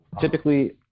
typically